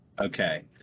Okay